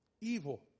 Evil